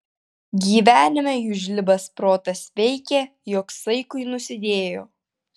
gyvenime jų žlibas protas veikė jog saikui nusidėjo